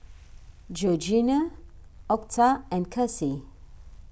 Georgianna Octa and Kassie